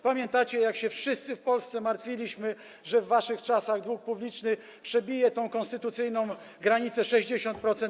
Pamiętacie, jak wszyscy w Polsce martwiliśmy się, że w waszych czasach dług publiczny przebije tę konstytucyjną granicę 60%?